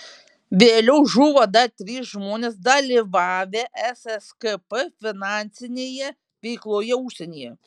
vėliau žuvo dar trys žmonės dalyvavę sskp finansinėje veikloje užsienyje